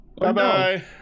Bye-bye